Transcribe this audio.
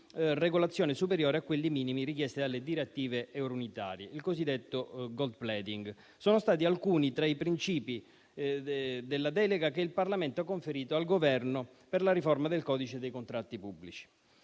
regolazione superiore a quelli minimi richiesti dalle direttive eurounitarie (il cosiddetto *gold plating*): questi sono stati alcuni tra i principi della delega che il Parlamento ha conferito al Governo per la riforma del codice dei contratti pubblici.